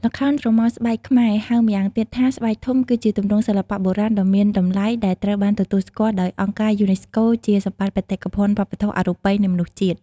ល្ខោនស្រមោលស្បែកខ្មែរ ហៅម្យ៉ាងទៀតថា ស្បែកធំ គឺជាទម្រង់សិល្បៈបុរាណដ៏មានតម្លៃដែលត្រូវបានទទួលស្គាល់ដោយអង្គការយូណេស្កូជាសម្បត្តិបេតិកភណ្ឌវប្បធម៌អរូបីនៃមនុស្សជាតិ។